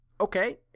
Okay